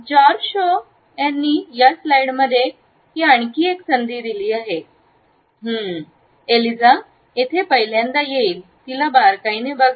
George Shaw यांनी या स्लाइडमध्ये हेआणखी एक संधी दिली आहेस्लाइड वेळ पहा 0807 हं स्लाइड टाईम पहा 0810 एलिझा येथे पहिल्यांदा येईल तिला बारकाईने बघा